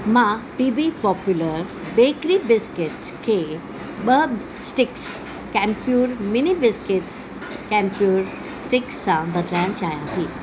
मां बी बी पॉप्युलर बेकरी बिस्किट खे ॿ स्टिक्स केमप्यूर मिनी बिस्किट्स केमप्यूर स्टिक्स सां बदिलाइणु चाहियां थी